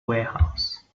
warehouse